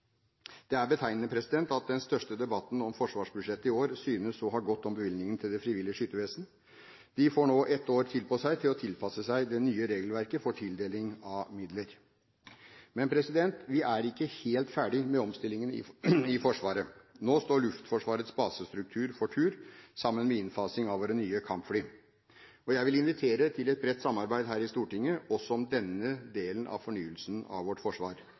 Det er betegnende at den største debatten om forsvarsbudsjettet i år synes å ha gått om bevilgingene til Det frivillige Skyttervesen. De får nå ett år til på å tilpasse seg det nye regelverket for tildeling av midler. Men vi er ikke helt ferdig med omstillingen i Forsvaret. Nå står Luftforsvarets basestruktur for tur sammen med innfasing av våre nye kampfly. Jeg vil invitere til et bredt samarbeid her i Stortinget også om denne delen av fornyelsen av vårt forsvar,